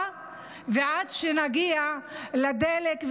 עד שנגיע לדלק,